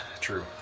true